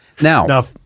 Now